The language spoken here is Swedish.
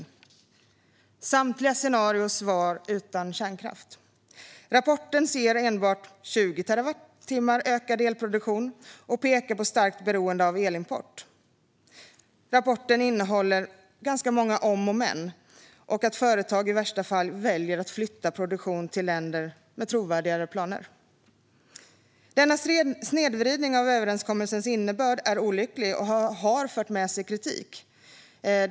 I samtliga scenarier saknades kärnkraft. I rapporten ser man en ökad elproduktion med enbart 20 terawattimmar, och man pekar på ett starkt beroende av elimport. Rapporten innehåller ganska många om och men och visar att företag i värsta fall kommer att välja att flytta produktionen till länder som har trovärdigare planer. Denna snedvridning av överenskommelsens innebörd är olycklig och har lett till kritik.